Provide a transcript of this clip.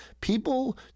people